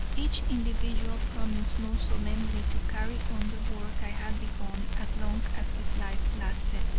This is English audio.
each individual promised most solemnly to carry on the work i had begun as long as his life lasted,